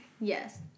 Yes